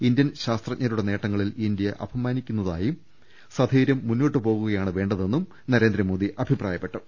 Indian ശാസ്ത്രജ്ഞരുടെ നേട്ടങ്ങളിൽ India അഭിമാനിക്കുന്നതായും സ്ഥൈരൃം മുന്നോട്ട് പോവുകയാണ് വേണ്ട തെന്നും നരേന്ദ്രമോദി അഭിപ്രായപ്പെട്ടു